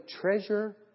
treasure